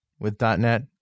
with.NET